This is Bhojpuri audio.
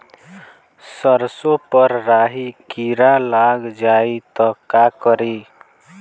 सरसो पर राही किरा लाग जाई त का करी?